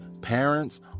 parents